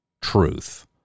truth